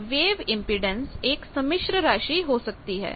यह wave impedance एक सम्मिश्र राशि हो सकती है